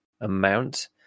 amount